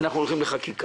אנחנו הולכים לחקיקה.